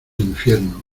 infierno